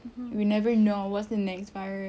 you never know what's the next virus